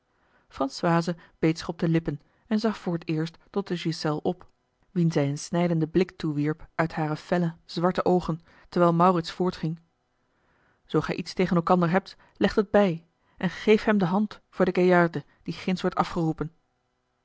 beet zich op de lippen en zag voor het eerst tot de ghiselles op wien zij een snijdenden blik toewierp uit hare felle zwarte oogen terwijl maurits voortging zoo gij iets tegen elkander hebt legt het bij en geef hem de hand voor de gaillarde die ginds wordt afgeroepen